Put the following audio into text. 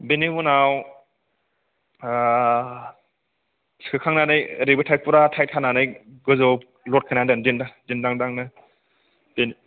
बेनि उनाव सोखांनानै ओरैबो टाइट फुरा टाइट खानानै गोजौआव लड होनानै दोन दिन्दां दां नो